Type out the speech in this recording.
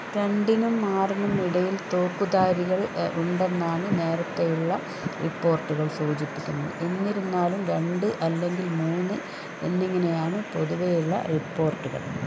രണ്ടിനും ആറിനും ഇടയിൽ തോക്കുധാരികൾ ഉണ്ടെന്നാണ് നേരത്തെയുള്ള റിപ്പോർട്ടുകൾ സൂചിപ്പിക്കുന്നത് എന്നിരുന്നാലും രണ്ട് അല്ലെങ്കിൽ മൂന്ന് എന്നിങ്ങനെയാണ് പൊതുവെയുള്ള റിപ്പോർട്ടുകൾ